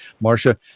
Marcia